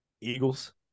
eagles